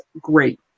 great